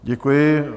Děkuji.